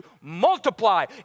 multiply